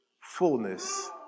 fullness